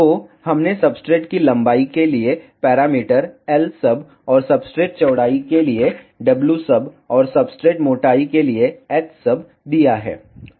तो हमने सब्सट्रेट लंबाई के लिए पैरामीटर lsub और सब्सट्रेट चौड़ाई के लिए wsub और सब्सट्रेट मोटाई के लिए hsub दिया है